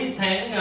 tháng